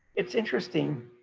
it's interesting